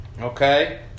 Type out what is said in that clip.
Okay